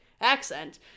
accent